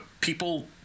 people